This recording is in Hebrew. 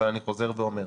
אבל אני חוזר ואומר,